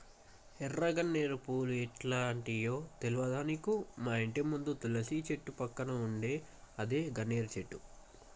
ఎర్ర గన్నేరు పూలు ఎట్లుంటయో తెల్వదా నీకు మాఇంటి ముందు తులసి చెట్టు పక్కన ఉందే అదే గన్నేరు చెట్టు